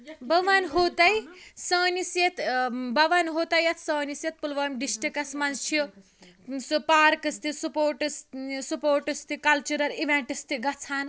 بہٕ وَنہو تۄہہِ سٲنِس یتھ بہٕ وَنہو تۄہہِ یتھ سٲنِس یتھ پُلوٲم ڈِسٹرکَس مَنٛز چھِ سُہ پارکس تہٕ سپوٹس سپوٹس تہٕ کَلچرَل اِویٚنٹس تہٕ گَژھان